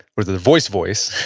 or their voice voice,